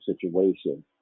situation